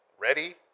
Ready